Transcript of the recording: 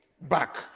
Back